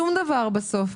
שום דבר בסוף,